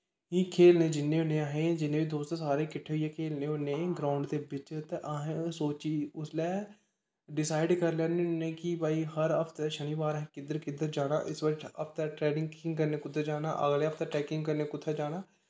खेलने गी जन्ने होन्ने असें जिन्ने बी दोस्त ओह् सारे किट्ठे होइयै खेलने होन्ने ग्राउंड दे बिच्च ते असें सोची उसलै डिसाइड करी लैन्ने होन्ने कि भई हर हफ्ते शनिबार असें किद्धर किद्धर जाना इस हफ्तै ट्रैकिंग करन कुद्धर जाना अगलै हफ्ते ट्रैकिंग करन कु'त्थें जाना